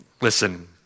Listen